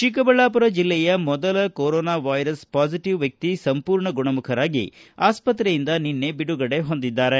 ಚಿಕ್ಕಬಳ್ಳಾಪುರ ಜೆಲ್ಲೆಯ ಮೊದಲ corona virus positive ವ್ಯಕ್ತಿ ಸಂಪೂರ್ಣ ಗುಣಮುಖರಾಗಿ ಆಸ್ಪತ್ರೆಯಿಂದ ನಿನ್ನೆ ಬಿಡುಗಡೆ ಹೊಂದಿದ್ದಾರೆ